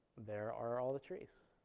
there are all the trees.